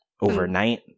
Overnight